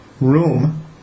room